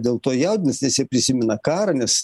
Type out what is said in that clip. dėl to jaudinasi nes jie prisimena karą nes